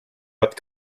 hat